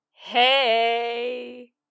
Hey